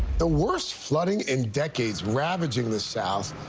the worst flooding in decades ravaging the south.